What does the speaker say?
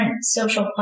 social